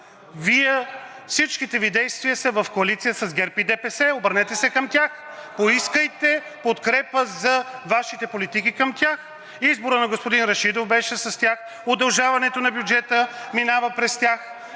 Вие всичките Ви действия са в коалиция с ГЕРБ и ДПС, обърнете се към тях. Поискайте подкрепа за Вашите политики към тях. Изборът на господин Рашидов беше с тях, удължаването на бюджета минава през тях,